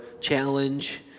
challenge